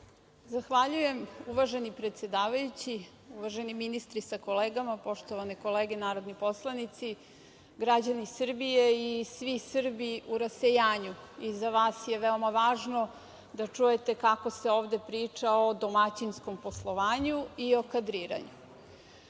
Zahvaljujem, uvaženi predsedavajući. Uvaženi ministri sa kolegama, poštovane kolege narodni poslanici, građani Srbije i svi Srbi u rasejanju, i za vas je veoma važno da čujete kako se ovde priča o domaćinskom poslovanju i o kadriranju. Smatram